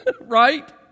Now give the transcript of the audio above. right